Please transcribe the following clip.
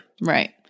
right